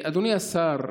אדוני השר,